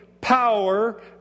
power